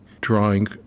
drawing